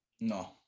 No